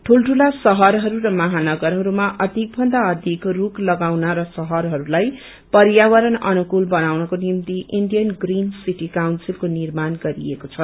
दूल ठूला शहरहरू र महानगरहरूमा अधिक भन्दा अधिक स्ल्ख लगाउन र शहरहरूलाई पयार्वरण अनुकुल बनाउनको निम्ति इण्डिया ग्रीन सीटी काउन्सीलको निर्माण गरिएको छ